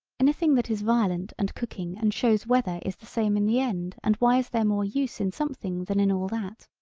anything that is violent and cooking and shows weather is the same in the end and why is there more use in something than in all that.